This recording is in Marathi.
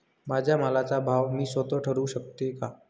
माझ्या मालाचा भाव मी स्वत: ठरवू शकते का?